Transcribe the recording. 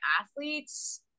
athletes